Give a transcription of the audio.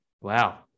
Wow